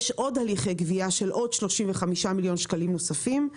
יש עוד הליכי גבייה של 35 מיליון שקלים נוספים,